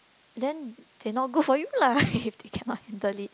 then they not good for you lah if they cannot handle it